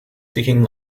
seeking